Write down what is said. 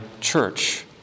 church